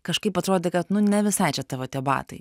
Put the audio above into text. kažkaip atrodė kad nu ne visai čia tavo tie batai